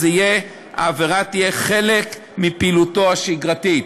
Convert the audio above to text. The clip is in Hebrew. שהעבירה תהיה "כחלק מפעילותו השגרתית".